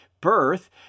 birth